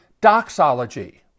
doxology